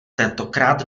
tentokrát